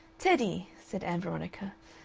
teddy, said ann veronica,